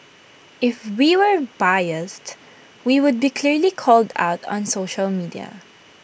if we were biased we would be clearly called out on social media